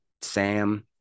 Sam